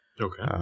Okay